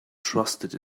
trusted